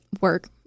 work